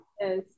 yes